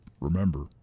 remember